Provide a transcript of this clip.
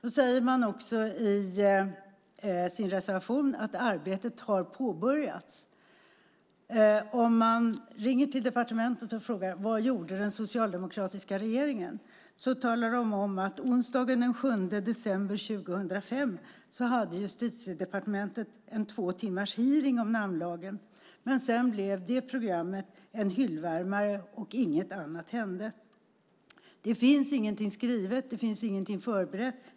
I reservationen säger man också att arbetet har påbörjats. Men om man ringer till departementet och frågar vad den socialdemokratiska regeringen gjorde blir svaret att onsdagen den 7 december 2005 hade Justitiedepartementet en tvåtimmarshearing om namnlagen. Men sedan blev det programmet en hyllvärmare. Inget annat hände. Det finns ingenting skrivet och ingenting förberett.